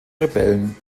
rebellen